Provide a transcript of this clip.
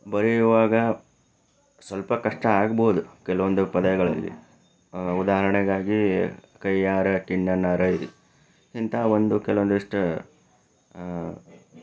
ಬರೆಯುವಾಗ ಸ್ವಲ್ಪ ಕಷ್ಟ ಆಗ್ಬೋದು ಕೆಲವೊಂದು ಪದಗಳಲ್ಲಿ ಉದಾಹರಣೆಗಾಗಿ ಕಯ್ಯಾರ ಕಿಞ್ಞಣ್ಣ ರೈ ಇಂತಹ ಒಂದು ಕೆಲವೊಂದಿಷ್ಟು